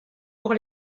pour